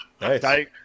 nice